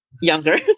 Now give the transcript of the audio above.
Younger